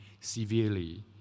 severely